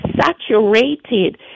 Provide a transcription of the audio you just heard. saturated